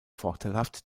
vorteilhaft